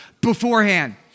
beforehand